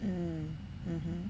mm mm mm